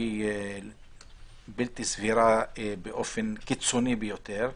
שהיא בלתי סבירה באופן קיצוני ביותר,